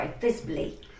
visibly